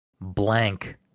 Blank